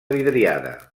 vidriada